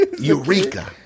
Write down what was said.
Eureka